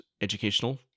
educational